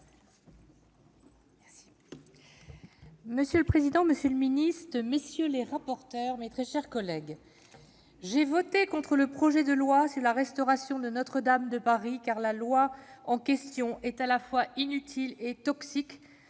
Monsieur le président, monsieur le ministre, mes très chers collègues :« J'ai voté contre le projet de loi sur la restauration de Notre-Dame de Paris, car la loi en question est à la fois inutile et toxique,